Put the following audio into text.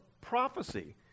Prophecy